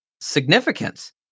significance